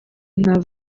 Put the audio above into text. nta